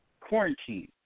Quarantine